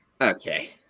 Okay